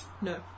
No